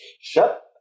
Shut